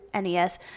NES